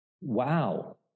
wow